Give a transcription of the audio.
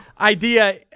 idea